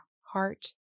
heart